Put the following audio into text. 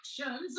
actions